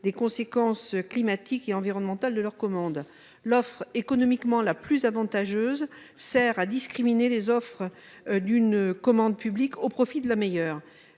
des conséquences climatiques et environnementales de leur commande ! L'offre économiquement la plus avantageuse sert à discriminer les autres offres au profit de la meilleure.